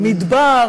מדבר,